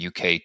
UK